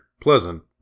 pleasant